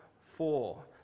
Four